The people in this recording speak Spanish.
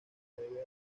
debe